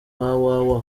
www